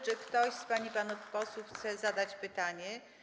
Czy ktoś z pań i panów posłów chce zadać pytanie?